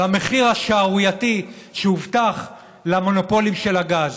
על המחיר השערורייתי שהובטח למונופולים של הגז.